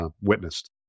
witnessed